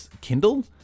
kindle